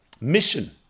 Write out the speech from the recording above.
mission